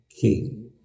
king